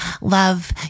Love